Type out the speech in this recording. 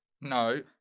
No